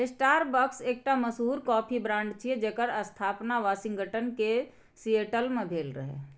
Starbucks एकटा मशहूर coffee brand छियै, जेकर स्थापना वाशिंगटन के सिएटल मे भेल रहै